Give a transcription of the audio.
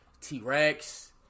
T-Rex